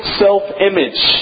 self-image